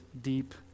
deep